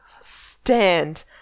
stand